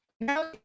Now